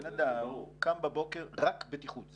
בן אדם קם בבוקר, רק בטיחות.